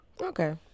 Okay